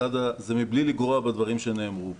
זה מבלי לגרוע מהדברים שנאמרו פה.